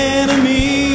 enemy